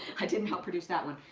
i didn't help produce that one,